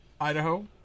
Idaho